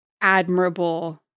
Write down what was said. admirable